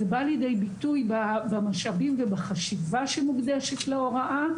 זה בא לידי ביטוי במשאבים ובחשיבה שמוקדשת להוראה,